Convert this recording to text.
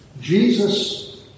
Jesus